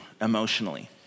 emotionally